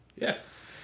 Yes